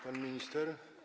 Pan minister?